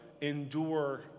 endure